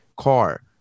car